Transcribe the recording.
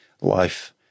life